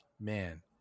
man